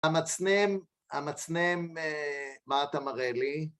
המצנם, המצנם, מה אתה מראה לי?